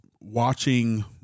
watching